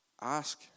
ask